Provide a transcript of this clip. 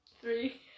three